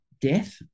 death